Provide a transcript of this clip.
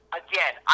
again